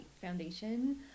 Foundation